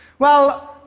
well,